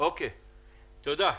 תודה.